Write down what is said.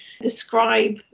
describe